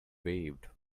waved